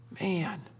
Man